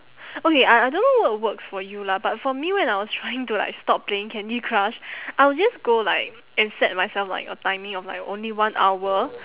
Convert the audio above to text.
okay I I don't know what works for you lah but for me when I was trying to like stop playing Candy Crush I would just go like and set myself like a timing of like only one hour